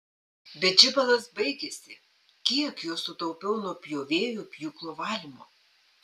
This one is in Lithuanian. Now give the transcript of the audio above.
bet žibalas baigėsi kiek jo sutaupiau nuo pjovėjų pjūklo valymo